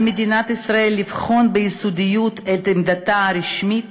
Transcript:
על מדינת ישראל לבחון ביסודיות את עמדתה הרשמית,